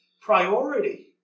priority